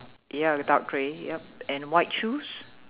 ya dark grey yup and white shoes